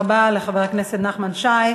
תודה רבה לחבר הכנסת נחמן שי.